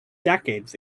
decades